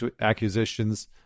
accusations